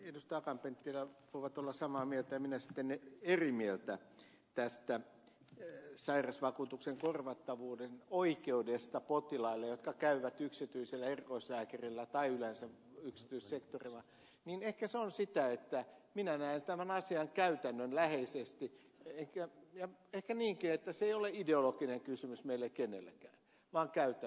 akaan penttilä voivat olla samaa mieltä ja minä sitten eri mieltä tästä sairausvakuutuksen korvattavuuden oikeudesta potilaille jotka käyvät yksityisellä erikoislääkärillä tai yleensä yksityissektorilla niin ehkä se on sitä että minä näen tämän asian käytännönläheisesti ja ehkä niinkin että se ei ole ideologinen kysymys meille kenellekään vaan käytännön kysymys